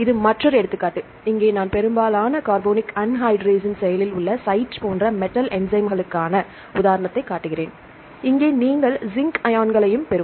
இது மற்றொரு எடுத்துக்காட்டு இங்கே நான் பெரும்பாலான கார்போனிக் அன்ஹைட்ரேஸின் செயலில் உள்ள சைட் போன்ற மெட்டல் என்ஸைம்களுக்கான உதாரணத்தைக் காட்டுகிறேன் இங்கே நீங்கள் ஜின்க் அயான்களைப் பெறும்